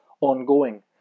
ongoing